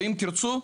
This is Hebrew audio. ואם תרצו,